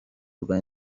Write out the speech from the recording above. rwa